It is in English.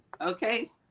Okay